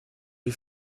les